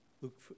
look